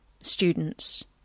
students